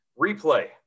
Replay